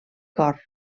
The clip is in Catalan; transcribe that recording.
cor